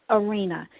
arena